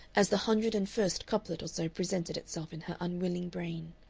as the hundred-and-first couplet or so presented itself in her unwilling brain.